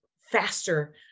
faster